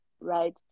right